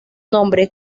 nombre